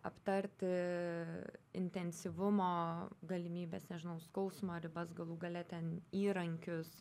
aptarti intensyvumo galimybes nežinau skausmo ribas galų gale ten įrankius